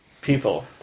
people